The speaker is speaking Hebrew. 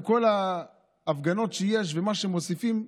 עם כל ההפגנות שיש ומה שמוסיפים,